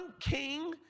king